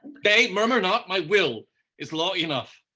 nay, murmur not, my will is law enough.